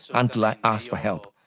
until i asked for help.